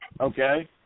Okay